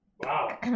wow